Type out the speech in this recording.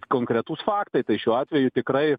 konkretūs faktai tai šiuo atveju tikrai